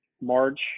March